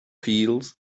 fields